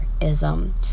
ism